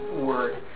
word